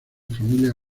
familia